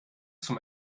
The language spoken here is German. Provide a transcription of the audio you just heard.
zum